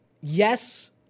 yes